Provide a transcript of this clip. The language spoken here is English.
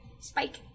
Spike